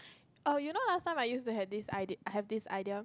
oh you know last time I used to have this idea~ I have this idea